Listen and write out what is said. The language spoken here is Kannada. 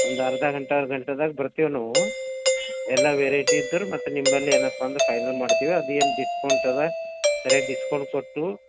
ಒಂದು ಅರ್ಧ ಗಂಟೆ ಒಂದು ಗಂಟೆದಾಗ ಬರ್ತೀವಿ ನಾವು ಎಲ್ಲ ವೆರೈಟಿ ಇದ್ರೆ ಮತ್ತೆ ನಿಂಬಳಿ ಏನಪ್ಪ ಅಂದ್ರೆ ಫೈನಲ್ ಮಾಡ್ತೀವಿ ಅದೇನು ಡಿಸ್ಕೌಂಟ್ ಇದೆ ಸರಿಯಾಗಿ ಡಿಸ್ಕೌಂಟ್ ಕೊಟ್ಟು